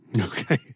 Okay